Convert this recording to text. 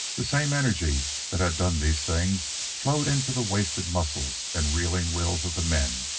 the same energy that had done these things flowed into the wasted muscles and reeling wills of the men,